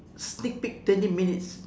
sneak peek twenty minutes